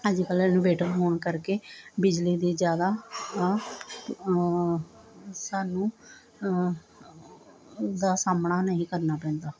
ਹਾਂਜੀ ਪਹਿਲਾਂ ਇਨਵੇਟਰ ਹੋਣ ਕਰਕੇ ਬਿਜਲੀ ਦੇ ਜਿਆਦਾ ਸਾਨੂੰ ਦਾ ਸਾਹਮਣਾ ਨਹੀਂ ਕਰਨਾ ਪੈਂਦਾ